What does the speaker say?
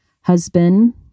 husband